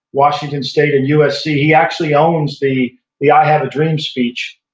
washington state, and usc. he actually owns the the i have a dream speech,